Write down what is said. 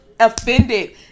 offended